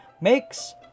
makes